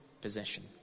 possession